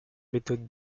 méthode